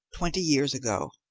twenty years ago,